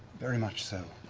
very much so.